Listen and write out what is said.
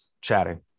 chatting